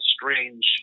strange